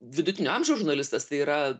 vidutinio amžiaus žurnalistas tai yra